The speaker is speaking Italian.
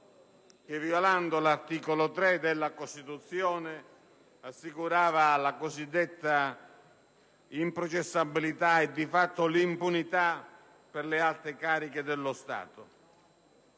che, in violazione dell'articolo 3 della Costituzione, ha assicurato la cosiddetta improcessabilità e, di fatto, l'impunità per le alte cariche dello Stato.